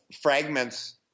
fragments